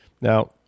Now